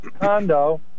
condo